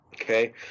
Okay